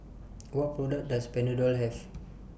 What products Does Panadol Have